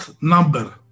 number